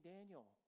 Daniel